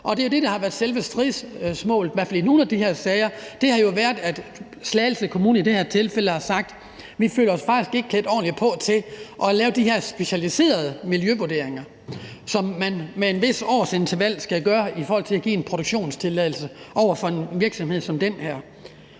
der har været selve stridsspørgsmålet, i hvert fald i nogle af de her sager. I det her tilfælde har Slagelse Kommune sagt, at de faktisk ikke føler sig klædt ordentligt på til at lave de her specialiserede miljøvurderinger, som man med et bestemt årsinterval skal foretage i forhold til at give en produktionstilladelse til en virksomhed som den her.